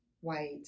white